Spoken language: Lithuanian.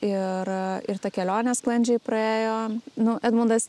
ir ir ta kelionė sklandžiai praėjo nu edmundas